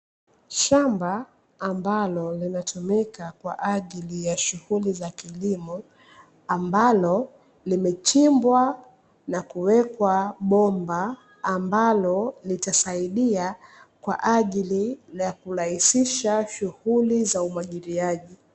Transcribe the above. Shamba ambalo linatumika kwa ajili ya shughuli za kilimo, ambalo limechimbwa na kuwekwa bomba ambalo litasaidia kwa ajili ya kurahisisha shughuli za umwagiliaji.